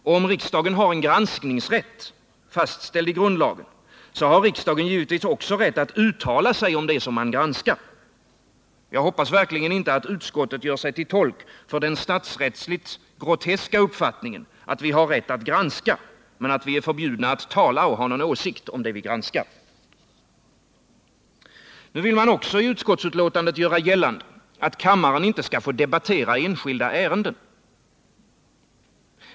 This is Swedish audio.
Om riksdagen har en granskningsrätt, fastställd i grundlagen, har riksdagen givetvis också rätt att uttala sig om det som man granskar. Jag hoppas verkligen inte att utskottet gör sig till tolk för den statsrättsligt groteska uppfattningen att vi har rätt att granska men att vi är förbjudna att tala och ha någon åsikt om det vi granskar. Nu vill man också i utskottsbetänkandet göra gällande att kammaren inte skall få debattera enskilda ärenden.